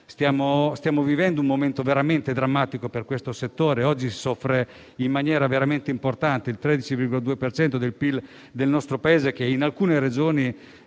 Stiamo vivendo un momento veramente drammatico per questo settore, che oggi soffre in maniera veramente importante. Rappresenta il 13,2 per cento del PIL del nostro Paese e in alcune Regioni